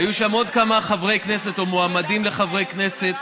היו שם עוד כמה חברי כנסת או מועמדים לחברי כנסת,